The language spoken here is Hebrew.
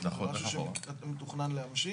זה משהו שמתוכנן להמשיך?